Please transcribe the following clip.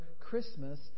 Christmas